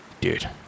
Dude